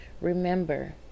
Remember